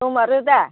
दंमारो दा